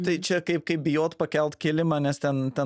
tai čia kaip kaip bijot pakelt kilimą nes ten ten